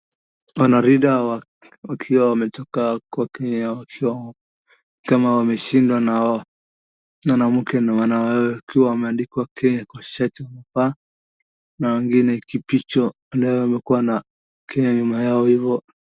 Wanariadha wakiwa wametoka kwa Kenya wakiwa kama wameshinda na mwanamke akiwa ameandikwa Kenya kwa shati kubwa na mwingine Koech leo wamekuwa na ikiwa nyuma yao hivo.